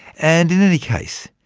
and in any case,